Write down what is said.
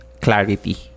clarity